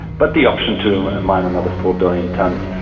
but the option to mine another four billion tonnes.